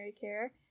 care